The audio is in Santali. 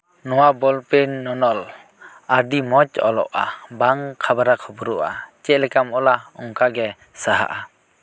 ᱱᱚᱶᱟ ᱵᱚᱞ ᱯᱮᱱ ᱱᱚᱱᱚᱞ ᱟᱹᱰᱤ ᱢᱚᱸᱡᱽ ᱚᱞᱚᱜᱼᱟ ᱵᱟᱝ ᱠᱷᱟᱵᱨᱟ ᱠᱷᱩᱵᱨᱩᱜᱼᱟ ᱪᱮᱫ ᱞᱮᱠᱟᱢ ᱚᱞᱟ ᱚᱱᱠᱟ ᱜᱮ ᱥᱟᱦᱟᱜᱼᱟ